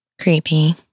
Creepy